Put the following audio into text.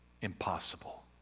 impossible